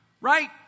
right